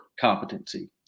competency